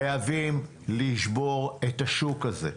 חייבים לשבור את השוק הזה,